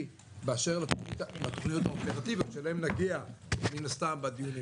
באשר לתוכניות האופרטיביות שלהן נגיע בדיונים.